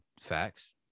facts